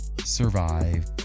survive